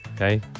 Okay